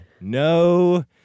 no